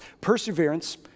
Perseverance